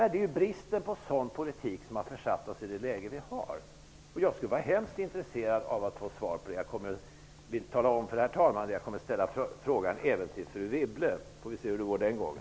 Det är bristen på sådan politik som har försatt oss i det läge vi är i. Jag skulle vara hemskt intresserad av att få svar på den frågan. Jag vill tala om för herr talman att jag kommer att ställa frågan även till fru Wibble. Vi får se hur det går den gången.